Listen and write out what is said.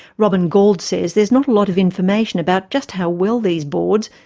robin gauld says there's not a lot of information about just how well these boards,